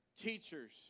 teachers